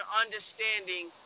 understanding